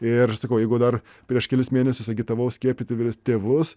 ir sakau jeigu dar prieš kelis mėnesius agitavau skiepyti vyres tėvus